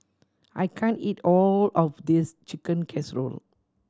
I can't eat all of this Chicken Casserole